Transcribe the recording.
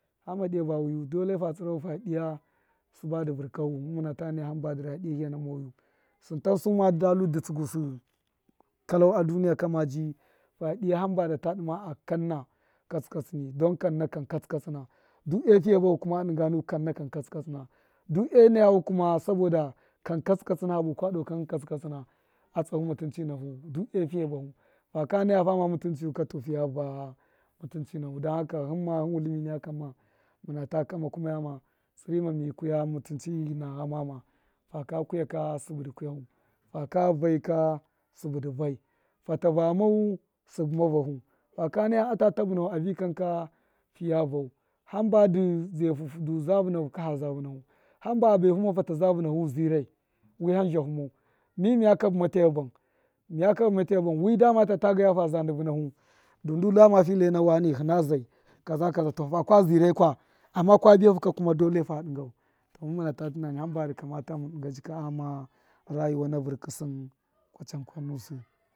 Hama dṫya ba wiyu dole fiya dṫya sṫba dṫ vṫrkahu mun muna gu su kalau a duniya kame ji fa dṫya hamba da ta dṫma a kanna katsṫ katsṫni don kanna kan katsṫ katsṫna do e fiye bahu a dṫga nu kanna kan katsṫ katsṫna du e nayahu ka saboda kan katsṫ katsṫna abokwe doo kan katsṫ katsṫn a tsahu mutunhi nahu du e fiye bahu, faka naya fama mutunchiyu ka to fiya va mutunchi nahu don haka hamma hṫn wulṫmi niya kamma tsṫ rṫma mi kuya mutunchi na ghamene faka vai ka sṫbṫ dṫ vai fala vamau sṫbṫ ma vafu haka naya ata babifu a vṫkan ka fiya vau, hamba dṫ ze hu du za vṫa fu doo ka to zu vṫna hu hamba a behumau fataza vṫna fu doo ka to za vṫna hu hamba a behumau fataza vṫna fu zṫmai wṫham zhahu mau mi miya kaṫ me tabya byam miya kabṫ ma tabyabyam wi dama tata gaya fa za vṫnafu dun ndu dam fi lyena wane hṫna zai kaza kaza to fakwa zirai kwa amma kwa biya huka dole fa dṫgau to mun muna ta naya hṫmba bṫna mun dṫnga jika aghama rayuwa na vṫrkṫ sṫ kwaachan kwan nusṫ.